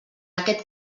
aquest